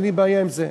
אין לי בעיה עם זה.